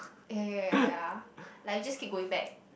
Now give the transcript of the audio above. eh ya ya ya ya ya like you just keep going back